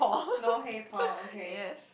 no hey Paul okay